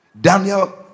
Daniel